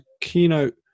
keynote